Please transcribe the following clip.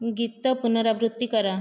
ଗୀତ ପୁନରାବୃତ୍ତି କର